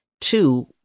Two